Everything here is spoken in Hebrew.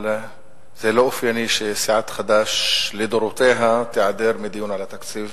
אבל זה לא אופייני לסיעת חד"ש לדורותיה להיעדר מדיון על התקציב,